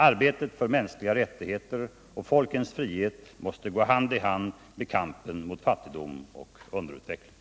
Arbetet för mänskliga rättigheter och folkens frihet måste gå hand i hand med kampen mot fattigdom och underutveckling.